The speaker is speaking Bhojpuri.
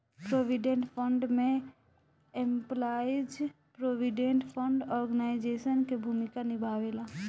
प्रोविडेंट फंड में एम्पलाइज प्रोविडेंट फंड ऑर्गेनाइजेशन के भूमिका निभावेला